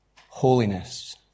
Holiness